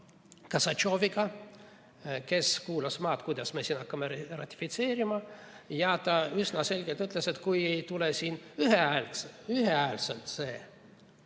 Kossatšoviga, kes kuulas maad, kuidas me siin hakkame ratifitseerima, ja üsna selgelt ütles, et kui see ei tule siin ühehäälselt, siis